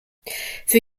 für